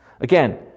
Again